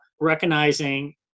recognizing